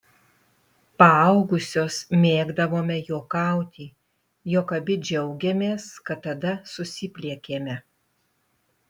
paaugusios mėgdavome juokauti jog abi džiaugiamės kad tada susipliekėme